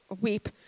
weep